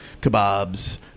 kebabs